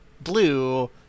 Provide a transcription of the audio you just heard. blue